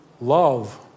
Love